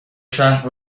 شهر